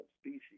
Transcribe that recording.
species